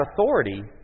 authority